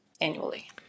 annually